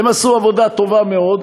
הם עשו עבודה טובה מאוד.